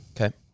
Okay